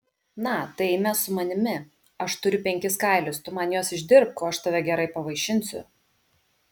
na tai eime su manimi aš turiu penkis kailius tu man juos išdirbk o aš tave gerai pavaišinsiu